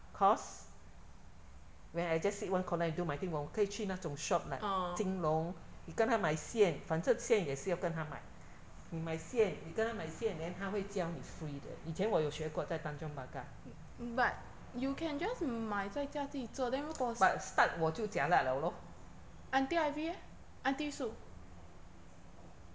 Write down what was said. course when I just sit one corner and do my thing when 我可以去那种 shop like 金龙你跟他买线反正线也是要跟他买你买线你跟他买线 then 他会教你 free 的以前我有学过在 tanjong pagar but stuck 我就 jialat 了 lor